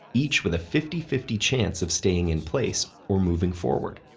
each with a fifty fifty chance of staying in place or moving forward.